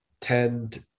tend